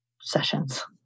sessions